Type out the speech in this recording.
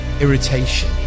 irritation